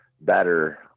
better